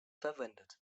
verwendet